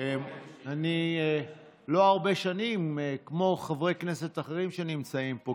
אני לא הרבה שנים כמו חברי כנסת אחרים שנמצאים פה,